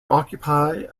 occupy